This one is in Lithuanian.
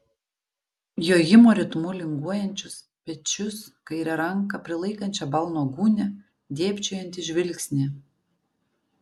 jojimo ritmu linguojančius pečius kairę ranką prilaikančią balno gūnią dėbčiojantį žvilgsnį